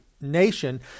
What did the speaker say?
nation